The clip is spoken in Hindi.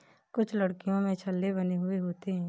कुछ लकड़ियों में छल्ले बने हुए होते हैं